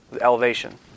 elevation